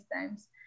times